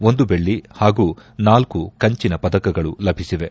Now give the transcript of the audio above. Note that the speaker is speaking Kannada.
ಒಂದು ಬೆಳ್ಲಿ ಹಾಗೂ ನಾಲ್ಲು ಕಂಚಿನ ಪದಕಗಳು ಲಭಿಸಿವೆ